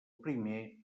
primer